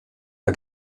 der